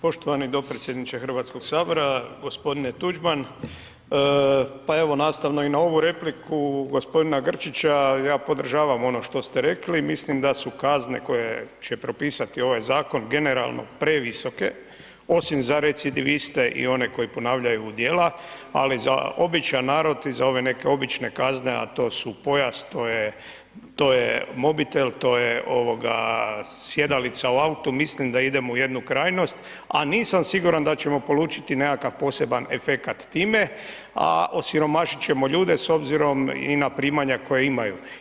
Poštovani dopredsjedniče Hrvatskog sabora, g. Tuđman, pa evo nastavno i na ovu repliku g. Grčića, ja podržavam ono što se rekli, mislim da su kazne koje će propisati ovaj zakon generalno previsoke osim za recidiviste i one koji ponavljaju djela ali za običan narod i za ove neke obične kazne a to su pojas, to je mobitel, to je sjedalica u autu, mislim da idemo u jednu krajnost a nisam siguran da ćemo polučiti nekakav poseban efekat time a osiromašit ćemo ljude s obzirom i na primanja koja imaju.